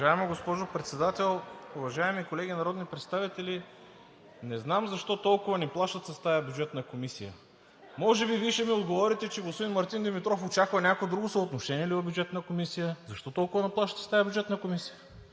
Уважаема госпожо Председател, уважаеми колеги народни представители! Не знам защо толкова ни плашат с тази Бюджетна комисия? Може би Вие ще ми отговорите, че господин Мартин Димитров очаква някое друго съотношение ли в Бюджетната комисия? Защо толкова ни плашите с тази бюджетна комисия?